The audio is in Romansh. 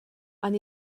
han